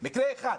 מקרה אחד.